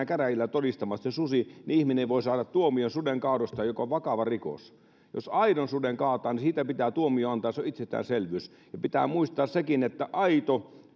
käräjille todistamaan että se on susi niin ihminen voi saada tuomion suden kaadosta joka on vakava rikos jos aidon suden kaataa niin siitä pitää tuomio antaa se on itsestäänselvyys ja pitää muistaa sekin että aito